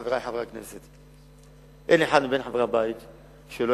ברשותך, אני